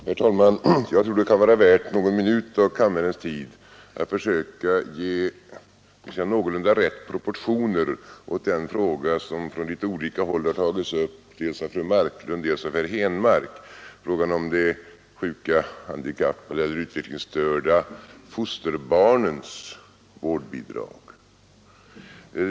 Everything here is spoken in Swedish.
Herr talman! Jag tror att det kan vara värt någon minut av kammarens tid att försöka få någorlunda riktiga proportioner på den fråga som tagits upp dels av fru Marklund och dels av herr Henmark, nämligen frågan om de sjuka, handikappade eller utvecklingsstörda fosterbarnens vårdbidrag.